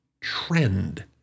trend